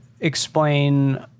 explain